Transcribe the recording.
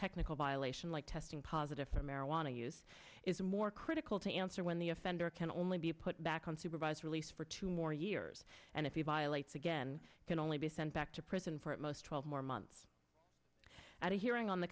technical violation like testing positive for marijuana use is more critical to answer when the offender can only be put back on supervised release for two more years and if you violates again can only be sent back to prison for most twelve more months at a hearing on the